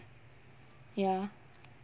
ya